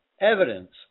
evidence